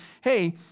hey